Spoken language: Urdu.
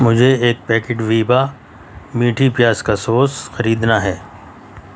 مجھے ایک پیکٹ ویبا میٹھی پیاز کا سوس خریدنا ہے